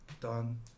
done